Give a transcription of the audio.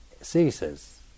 ceases